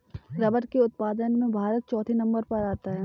rubber के उत्पादन में भारत चौथे नंबर पर आता है